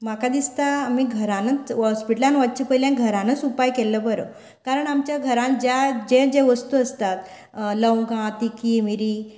म्हाका दिस्ता आमी घरानच हॉस्पिटलांत वच्चें पयलें आमी घरानूच उपाय केल्लो बरो कारण आमच्या घरान ज्या जें जें वस्तू आसता लवंगा तिखी मिरी